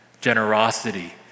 generosity